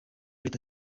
leta